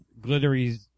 glittery